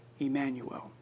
Emmanuel